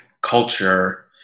culture